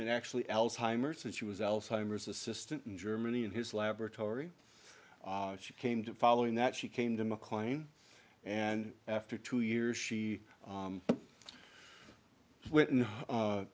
and actually alzheimer's and she was alzheimer's assistant in germany in his laboratory she came to following that she came to mclean and after two years she went